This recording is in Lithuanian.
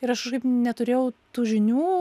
ir aš kažkaip neturėjau tų žinių